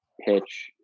pitch